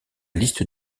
liste